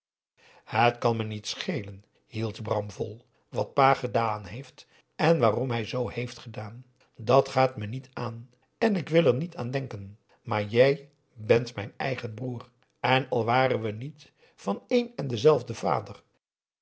het kan me niet schelen hield bram vol wat pa gedaan heeft en wààrom hij zoo heeft gedaan dat gaat me niet aan en ik wil er niet aan denken maar jij bent mijn eigen broer en al waren we niet van een en denzelfden vader